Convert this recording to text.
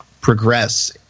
progress